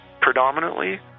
predominantly